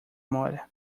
mora